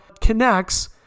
connects